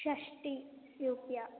षष्टिरूप्यकम्